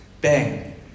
bang